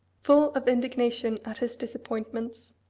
full of indignation at his disappointments,